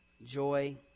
Joy